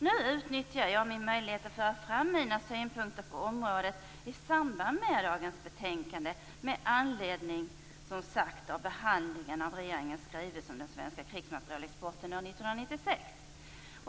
Nu utnyttjar jag min möjlighet att föra fram mina synpunkter på området i samband med dagens betänkande med anledning av behandlingen av regeringens skrivelse om den svenska krigsmaterielexporten år 1996.